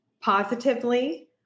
positively